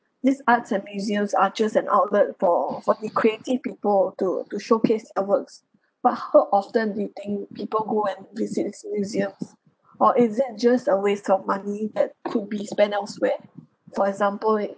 this arts and museums are just an outlet for for the creative people to to showcase their works but how often do you think people go and visit these museums or is it just a waste of money that could be spent elsewhere for example a